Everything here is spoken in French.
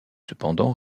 cependant